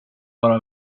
bara